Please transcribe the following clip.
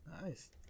Nice